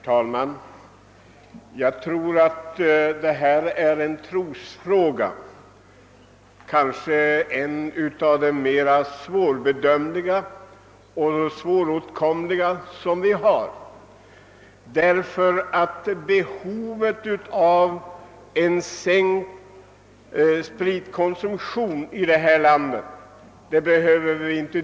Herr talman! Enligt min mening är detta en trosfråga, kanske en av våra mera svårbedömbara och svåråtkomliga. Vi behöver inte diskutera behovet av en sänkt spritkonsumtion i detta land.